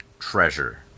treasure